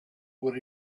what